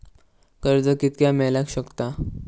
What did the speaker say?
कर्ज कितक्या मेलाक शकता?